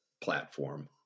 platform